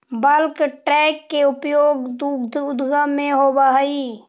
bulk tank के उपयोग दुग्ध उद्योग में होवऽ हई